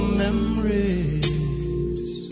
memories